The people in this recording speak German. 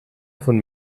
von